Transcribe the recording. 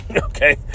okay